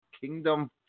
Kingdom